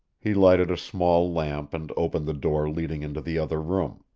he lighted a small lamp and opened the door leading into the other room.